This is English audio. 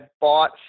bought